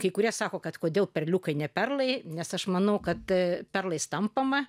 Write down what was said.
kurie sako kad kodėl perliukai ne perlai nes aš manau kad perlais tampama